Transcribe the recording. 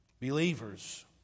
believers